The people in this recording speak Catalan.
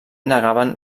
negaven